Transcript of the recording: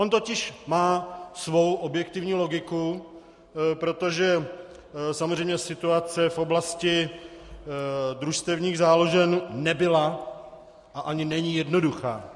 On totiž má svou objektivní logiku, protože samozřejmě situace v oblasti družstevních záložen nebyla a ani není jednoduchá.